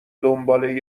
دنبال